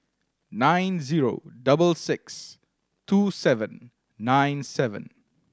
nine zero double six two seven nine seven